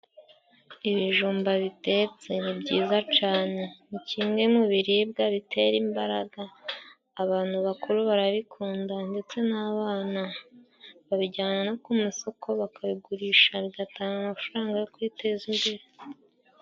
Ibijumba bitetse ni byiza cane ni kimwe mu biribwa bitera imbaraga, abantu bakuru barabikunda ndetse n'abana babijyana no ku imasoko, bakabigurisha bigatanga amafaranga yo kwiteza imbere.